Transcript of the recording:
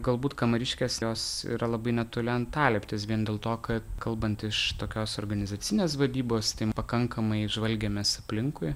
galbūt kamariškės jos yra labai netoli antalieptės vien dėl to kad kalbant iš tokios organizacinės vadybos tai pakankamai žvalgėmės aplinkui